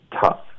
tough